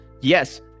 yes